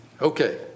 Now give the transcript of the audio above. Okay